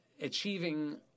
achieving